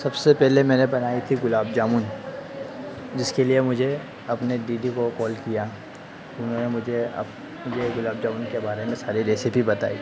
सबसे पहले मैंने बनाई थी गुलाब जामुन जिसके लिए मुझे अपने दीदी को कॉल किया उन्होंने मुझे अप मुझे गुलाब जामुन के बारे में सारी रेसिपी बताई